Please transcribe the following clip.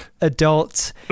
adults